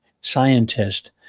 scientist